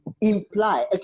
imply